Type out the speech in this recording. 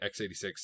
x86